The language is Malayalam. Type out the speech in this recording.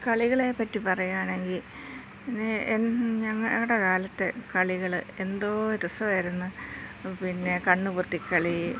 കളികളെപ്പറ്റി പറയുകയാണെങ്കിൽ ഞങ്ങളുടെ കാലത്ത് കളികൾ എന്തോ രസമായിരുന്നു പിന്നെ കണ്ണുപൊത്തി കളി